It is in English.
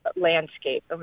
landscape